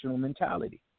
mentality